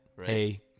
hey